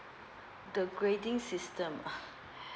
the grading system ah